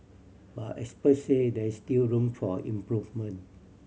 but experts say there is still room for improvement